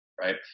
right